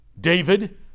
David